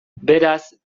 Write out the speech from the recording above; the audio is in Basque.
beraz